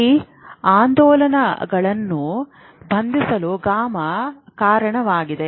ಈ ಆಂದೋಲನಗಳನ್ನು ಬಂಧಿಸಲು ಗಾಮಾ ಕಾರಣವಾಗಿದೆ